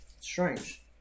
Strange